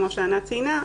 כמו שענת ציינה,